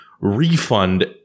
refund